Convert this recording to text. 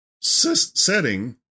setting